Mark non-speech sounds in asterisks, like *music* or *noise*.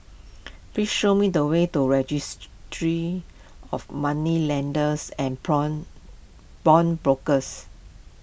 please show me the way to Registry of Moneylenders and *unintelligible* brokers